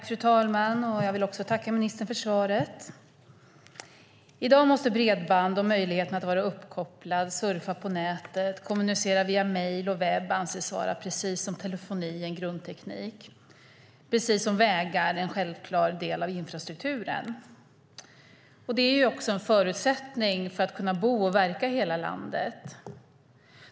Fru talman! Även jag vill tacka ministern för svaret. I dag måste bredband, och möjligheten att vara uppkopplad, surfa på nätet, kommunicera via mejl och webb, precis som telefoni anses vara en grundteknik. Precis som vägar är det en självklar del av infrastrukturen. Det är också en förutsättning för att kunna bo och verka i hela landet.